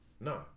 no